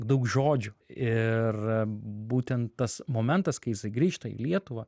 daug žodžių ir būtent tas momentas kai jisai grįžta į lietuvą